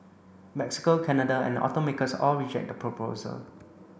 Mexico Canada and the automakers all reject that proposal